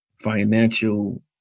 financial